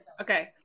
Okay